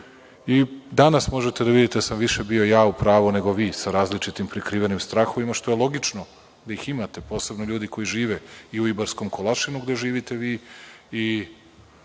I danas možete da vidite da sam bio više ja u pravu nego vi sa različitim prikrivenim strahovima, što je logično da ih imate, posebno ljudi koji žive i u Ibarskom Kolašinu, gde živite vi,